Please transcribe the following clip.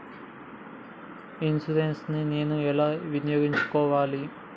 Insurance ని నేను ఎలా వినియోగించుకోవాలి?